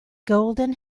golden